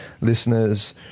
listeners